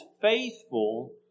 faithful